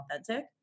authentic